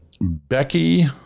Becky